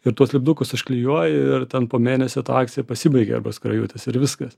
ir tuos lipdukus užklijuoji ir ten po mėnesio akcija pasibaigė arba skrajutės ir viskas